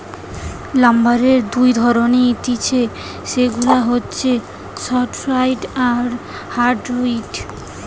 লাম্বারের দুই ধরণের হতিছে সেগুলা হচ্ছে সফ্টউড আর হার্ডউড